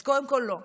אז קודם כול, לא.